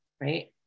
right